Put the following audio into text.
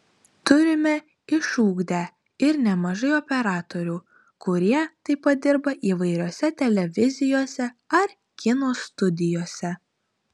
turime išugdę ir nemažai operatorių kurie taip pat dirba įvairiose televizijose ar kino studijose